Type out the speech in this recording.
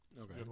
Okay